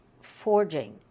forging